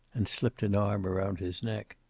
and slipped an arm around his neck.